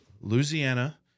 Louisiana